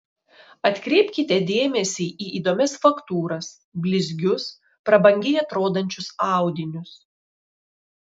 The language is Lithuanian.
atkreipkite dėmesį į įdomias faktūras blizgius prabangiai atrodančius audinius